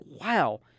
wow